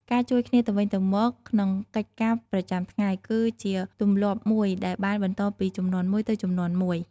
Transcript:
ការជួយគ្នាទៅវិញទៅមកក្នុងកិច្ចការប្រចាំថ្ងៃ គឺជាទម្លាប់មួយដែលបានបន្តពីជំនាន់មួយទៅជំនាន់មួយ។